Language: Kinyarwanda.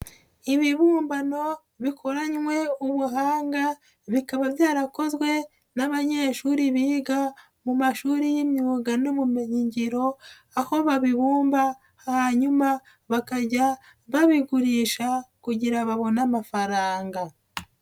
Ibibumbano bikoranywe ubuhanga bikaba byarakozwe n'abanyeshuri biga mu mashuri y'imyuga n'ubumenyingiro, aho babibumba hanyuma bakajya babigurisha kugira babone amafaranga.